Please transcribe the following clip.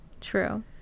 True